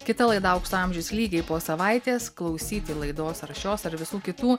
kita laida aukso amžius lygiai po savaitės klausyti laidos ar šios ar visų kitų